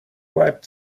wipe